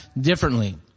differently